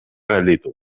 gelditu